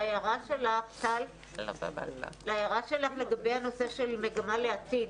להערה שלך לגבי הנושא של מגמה לעתיד,